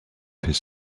his